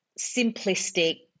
simplistic